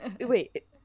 Wait